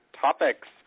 topics